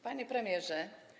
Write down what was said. Panie Premierze!